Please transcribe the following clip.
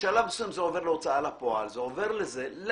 בשלב מסוים זה עובר להוצאה לפועל למה?